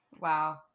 Wow